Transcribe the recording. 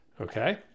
okay